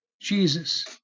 Jesus